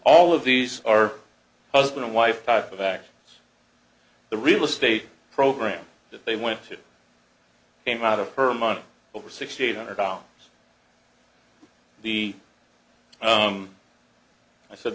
all of these are husband and wife type of act the real estate program that they went to came out of her money over sixty eight hundred dollars the i said